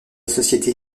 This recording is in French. société